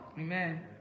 Amen